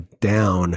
down